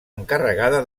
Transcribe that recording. encarregada